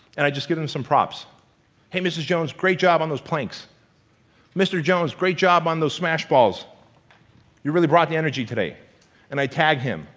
and i just getting some props hey miss jones great job on those planks mister jones great job on the smash balls you really brought the energy today and i tag him